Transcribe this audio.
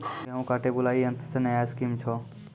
गेहूँ काटे बुलाई यंत्र से नया स्कीम छ?